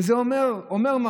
וזה אומר משהו.